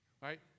Right